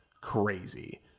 crazy